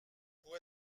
pour